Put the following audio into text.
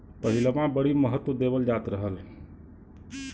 पहिलवां बड़ी महत्त्व देवल जात रहल